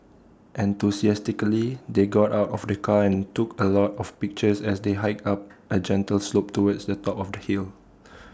enthusiastically they got out of the car and took A lot of pictures as they hiked up A gentle slope towards the top of the hill